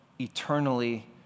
eternally